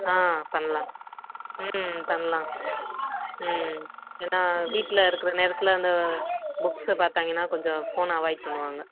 ஆ பண்ணலாம் ம் பண்ணலாம் ம் ஏன்னா வீட்டில் இருக்கிற நேரத்தில் அந்த புக்ஸை பார்த்தாய்ங்கனா கொஞ்சம் ஃபோனை அவாய்ட் பண்ணுவாங்க